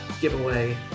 giveaway